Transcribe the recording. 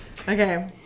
Okay